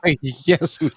Yes